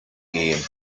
game